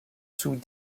sous